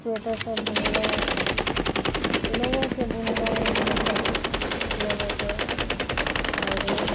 sweater सब बुनलहुँ लोगोंके बुनलहुँ पैसा लअ लअ के आओर